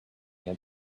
had